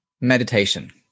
Meditation